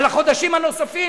על החודשים הנוספים,